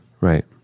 Right